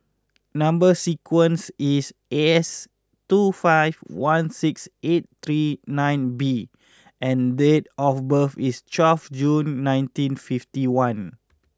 number sequence is S two five one six eight three nine B and date of birth is twelve June nineteen fifty one